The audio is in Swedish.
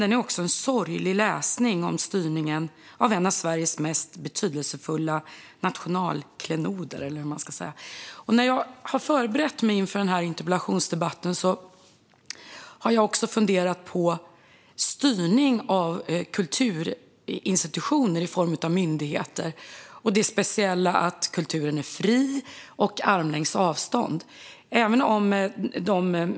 Det är också sorglig läsning om styrningen av en av Sveriges mest betydelsefulla nationalklenoder. När jag har förberett mig inför den här interpellationsdebatten har jag också funderat på styrning av kulturinstitutioner i form av myndigheter och på det speciella att kulturen ska vara fri och på armlängds avstånd från politiken.